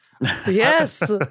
Yes